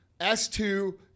S2